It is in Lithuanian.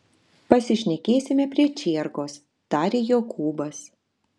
pasišnekėsime prie čierkos tarė jokūbas